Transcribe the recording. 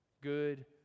Good